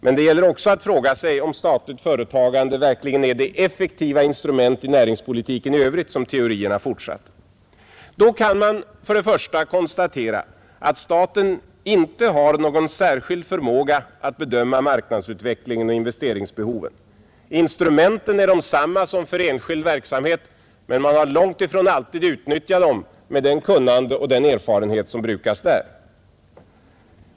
Men frågan är också om statligt företagande verkligen är det effektiva instrument i näringspolitiken i övrigt som teorierna förutsatte. För det första kan man konstatera att staten inte har någon särskild förmåga att bedöma marknadsutvecklingen och investeringsbehoven. Instrumenten är desamma som för enskild verksamhet, men man har långt ifrån alltid utnyttjat dem med det kunnande och den erfarenhet som brukas där.